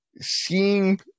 Seeing